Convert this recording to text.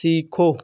सीखो